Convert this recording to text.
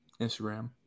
Instagram